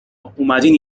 واومدین